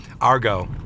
Argo